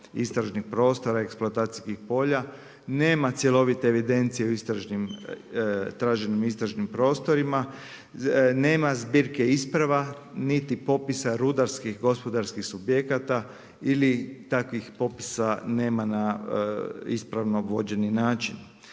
istražnih prostora eksploatacijskih polja. Nema cjelovite evidencije u traženom istražnim prostorima. Nema zbirke isprava, niti popisa rudarskih gospodarskih subjekata ili takvih popisa nema na ispravno vođeni način.